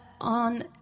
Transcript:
on